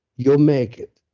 you'll make it.